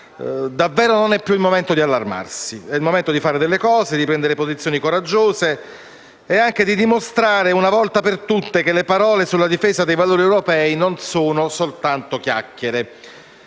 Davvero non è più il momento di allarmarsi: è il momento di fare delle cose, di prendere posizioni coraggiose e anche di dimostrare una volta per tutte che le parole sulla difesa dei valori europei non sono soltanto chiacchiere.